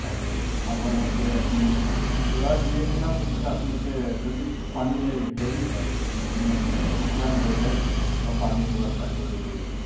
আৰু সময়মতে আপুনি ৰোৱাৰ দুই এদিনৰ পিছত আপোনালোকে যদি পানী হেৰি হয় মাটিটোতো শুকান হৈ যায় অলপ পানীৰ ব্যৱস্থা কৰিব লাগিব